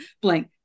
blank